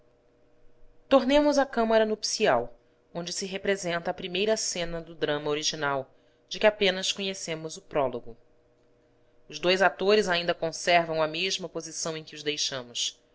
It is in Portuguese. tornemos à câmara nupcial onde se representa a primeira cena do drama original de que apenas conhecemos o prólogo os dois atores ainda conservam a mesma posição em que os deixamos